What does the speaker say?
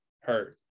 hurt